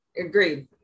Agreed